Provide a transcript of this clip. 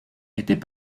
était